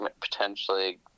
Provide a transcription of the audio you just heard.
potentially